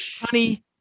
honey